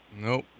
Nope